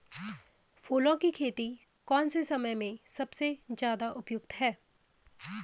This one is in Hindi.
फूलों की खेती कौन से समय में सबसे ज़्यादा उपयुक्त है?